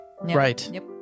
Right